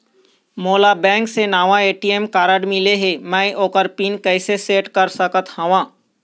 मोला बैंक से नावा ए.टी.एम कारड मिले हे, म ओकर पिन कैसे सेट कर सकत हव?